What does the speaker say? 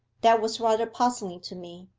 that was rather puzzling to me.